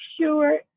sure